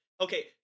Okay